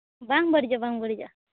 ᱵᱟᱝ ᱵᱟᱹᱲᱤᱡᱚᱜᱼᱟ ᱵᱟᱝ ᱵᱟᱹᱲᱤᱡᱚᱜᱼᱟ